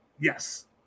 Yes